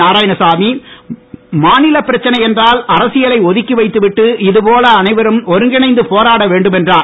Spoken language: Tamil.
நாராயணசாமி மாநிலப் பிரச்னை என்றால் ஒதுக்கி வைத்துவிட்டு இதுபோல அனைவரும் அரசியலை ஒருங்கிணைந்து போராட வேண்டும் என்றார்